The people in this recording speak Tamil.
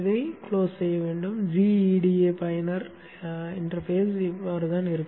இதை மூடு gEDA பயனர் இடைமுகம் இப்படித்தான் இருக்கும்